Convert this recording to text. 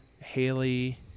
Haley